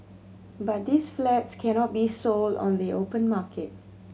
but these flats cannot be sold on the open market